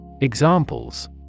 Examples